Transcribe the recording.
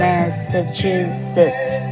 Massachusetts